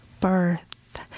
birth